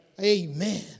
Amen